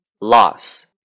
loss